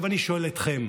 עכשיו אני שואל אתכם: